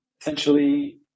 essentially